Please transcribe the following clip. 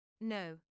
No